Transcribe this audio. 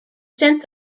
sent